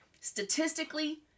Statistically